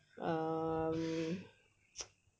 um